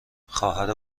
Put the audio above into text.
خواهر